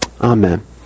Amen